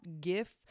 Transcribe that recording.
GIF